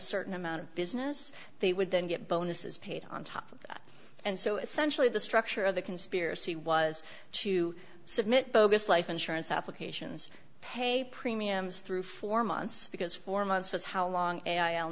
certain amount of business they would then get bonuses paid on top of that and so essentially the structure of the conspiracy was to submit bogus life insurance applications pay premiums through four months because four months was how long